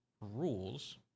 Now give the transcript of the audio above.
rules